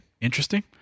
Interesting